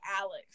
Alex